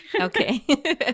Okay